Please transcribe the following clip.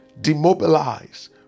demobilize